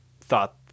thought